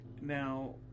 now